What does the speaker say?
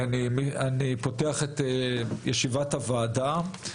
אני פותח את ישיבת הוועדה.